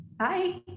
Hi